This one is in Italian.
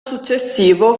successivo